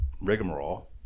rigmarole